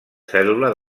cèl·lula